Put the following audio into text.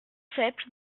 sept